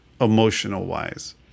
emotional-wise